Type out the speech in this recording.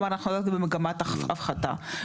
כלומר אנחנו במגמת הפחתה,